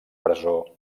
presó